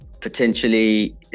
potentially